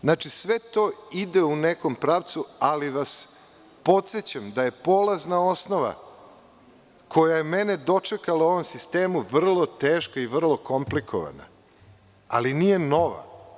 Znači, sve to ide u nekom pravcu, ali vas podsećam da je polazna osnova koja je mene dočekala u ovom sistemu vrlo teška i vrlo komplikovana, ali nije nova.